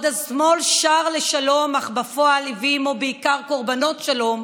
בעוד השמאל שר לשלום אך בפועל הביא עימו בעיקר קורבנות שלום,